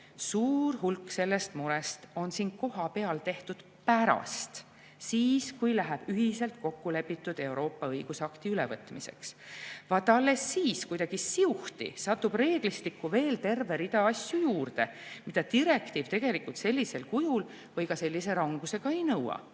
suur hulk sellest murest on siin kohapeal tehtud pärast – siis, kui läheb ühiselt kokku lepitud Euroopa õigusakti ülevõtmiseks. Vaat alles siis kuidagi siuhti satub reeglistikku veel terve rida asju, mida direktiiv tegelikult sellisel kujul või ka sellise rangusega ei nõua.